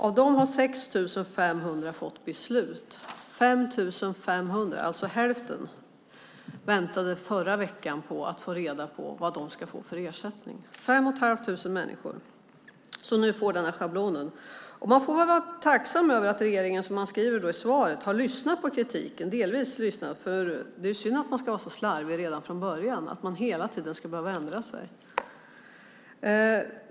Av dem har 6 500 fått beslut medan 5 500, alltså hälften, förra veckan väntade på att få reda på vad de ska få för ersättning. Det är fem och ett halvt tusen människor som nu får denna schablon. Man får väl vara tacksam över att regeringen, som ministern skriver i svaret, delvis har lyssnat på kritiken. Det är synd att regeringen ska vara så slarvig från början att den hela tiden ska behöva ändra sig.